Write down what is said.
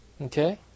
Okay